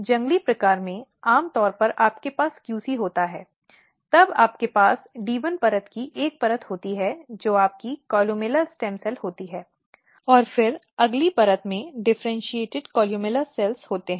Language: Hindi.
जंगली प्रकार में आम तौर पर आपके पास QC होता है तब आपके पास D1 परत की एक परत होती है जो आपकी कोलुमेला स्टेम सेल होती है और फिर अगली परत में विभेदित कोलिमेला कोशिकाओं होती है